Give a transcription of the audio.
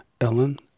Ellen